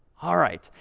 all right.